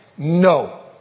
No